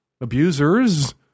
Abusers